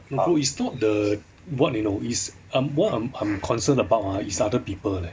no bro it's not the what you know it's I'm what I'm I'm concerned about ah is other people leh